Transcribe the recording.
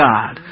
God